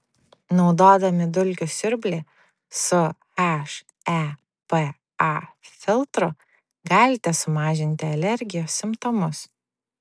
naudodami dulkių siurblį su hepa filtru galite sumažinti alergijos simptomus